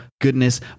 goodness